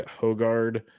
Hogard